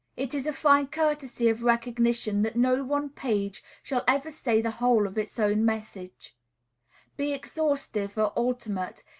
it is a fine courtesy of recognition that no one page shall ever say the whole of its own message be exhaustive, or ultimate,